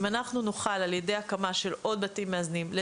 אם על ידי הקמה של עוד בתים מאזנים אנחנו